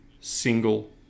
single